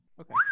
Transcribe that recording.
okay